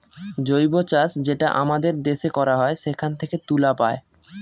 জৈব চাষ যেটা আমাদের দেশে করা হয় সেখান থেকে তুলা পায়